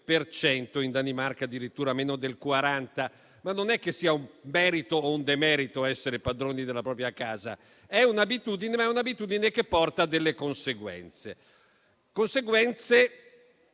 per cento, in Danimarca addirittura meno del 40. Non è che sia un merito o un demerito essere padroni della propria casa, ma è un'abitudine che porta a delle conseguenze, le